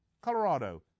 Colorado